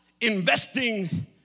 investing